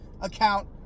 account